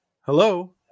hello